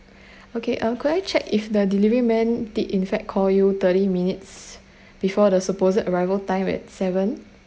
okay uh could I check if the delivery man did in fact call you thirty minutes before the supposed arrival time at seven